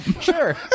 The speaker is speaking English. Sure